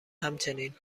همچنین